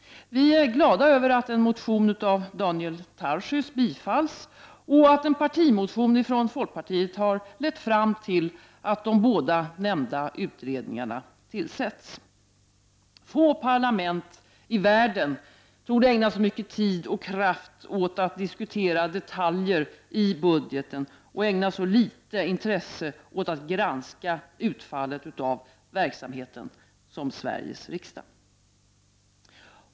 Vi är glada över att en motion av Daniel Tarschys tillstyrks och att en partimotion från folkpartiet har lett fram till att de båda nämnda utredningarna tillsätts. Få parlament i världen torde ägna så mycket tid och kraft åt att diskutera detaljer i budgeten och ägna så litet intresse åt att granska utfallet av verksamheten som Sveriges riksdag.